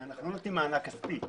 הרי אנחנו לא נותנים מענק כספי.